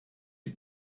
die